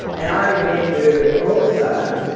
and i remember also,